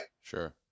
Sure